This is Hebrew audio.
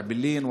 אעבלין,